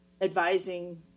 advising